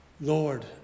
Lord